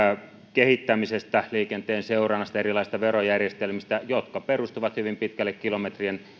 kehittämisestä liikenteen seurannasta erilaisista verojärjestelmistä jotka perustuvat hyvin pitkälle kilometrien